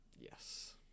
yes